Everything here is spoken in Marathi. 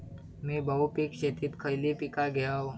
मी बहुपिक शेतीत खयली पीका घेव?